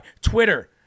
Twitter